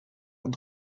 und